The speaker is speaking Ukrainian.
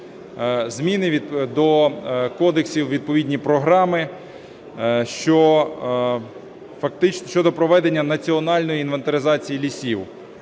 зміни до кодексів, відповідні програми щодо проведення національної інвентаризації лісів.